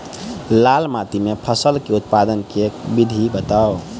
लाल माटि मे फसल केँ उत्पादन केँ विधि बताऊ?